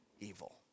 evil